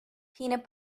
peanut